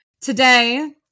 Today